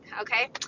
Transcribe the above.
okay